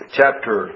chapter